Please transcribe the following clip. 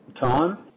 time